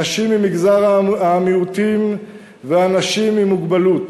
נשים ממגזר המיעוטים ואנשים עם מוגבלות.